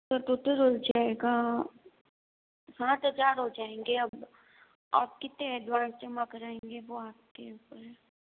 sir total हो जाएगा सात हज़ार हो जाएंगे अब आप कितने एडवांस जमा कराएंगे वो आप के ऊपर है